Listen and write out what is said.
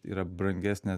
yra brangesnė